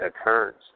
occurrence